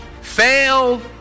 fail